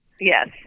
yes